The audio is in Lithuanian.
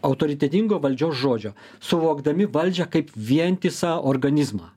autoritetingo valdžios žodžio suvokdami valdžią kaip vientisą organizmą